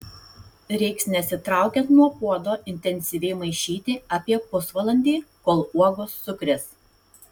reiks nesitraukiant nuo puodo intensyviai maišyti apie pusvalandį kol uogos sukris